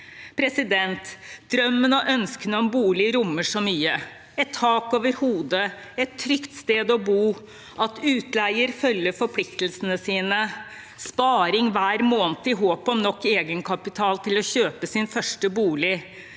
forslag. Drømmen og ønsket om bolig rommer så mye: – et tak over hodet – et trygt sted å bo – at utleier følger forpliktelsene sine – sparing hver måned i håp om nok egenkapital til å kjøpe sin første bolig